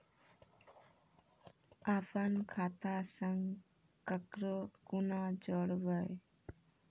अपन खाता संग ककरो कूना जोडवै?